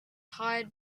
hired